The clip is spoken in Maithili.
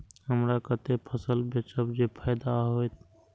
हमरा कते फसल बेचब जे फायदा होयत?